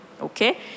Okay